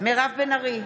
מירב בן ארי,